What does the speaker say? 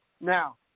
Now